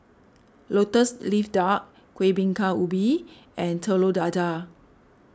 Lotus Leaf Duck Kueh Bingka Ubi and Telur Dadah